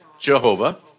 Jehovah